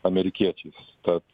amerikiečiais tad